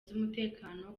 z’umutekano